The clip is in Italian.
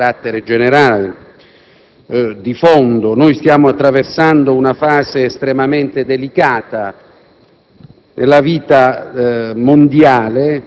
molto rapidamente, ma anche da ragioni di carattere generale, di fondo. Noi stiamo attraversando una fase estremamente delicata